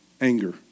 Anger